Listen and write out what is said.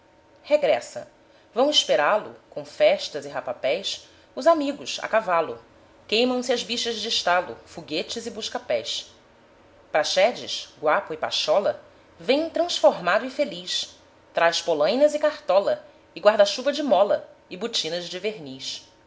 regressa vão esperá-lo com festas e rapapés os amigos à cavalo queimam se as bichas de estalo foguetes e busca pés praxedes guapo e pachola vem transformado e feliz traz polainas e cartola e guarda-chuva de mola e botinas de verniz